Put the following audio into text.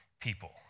people